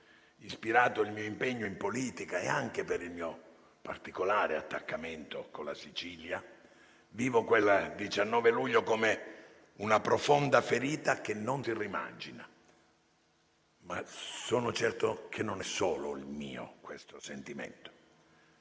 ispirato il mio impegno in politica e anche per il mio particolare attaccamento alla Sicilia, vivo quel 19 luglio come una profonda ferita, che non si rimargina. Ma sono certo che non è solo mio questo sentimento,